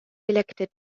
elected